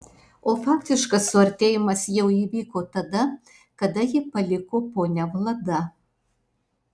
o faktiškas suartėjimas jau įvyko tada kada jį paliko ponia vlada